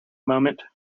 moment